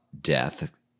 death